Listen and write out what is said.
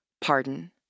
pardon